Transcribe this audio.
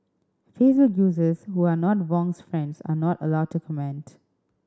Facebook users who are not Wong's friends are not allowed to comment